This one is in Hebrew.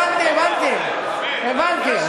הבנתי, הבנתי.